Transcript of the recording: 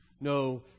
no